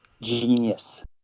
genius